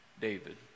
David